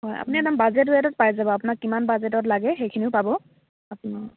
হয় আপুনি একদম বাজেট ওৱেটত পাই যাব আপোনাক কিমান বাজেটত লাগে সেইখিনিও পাব আপুনি